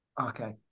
Okay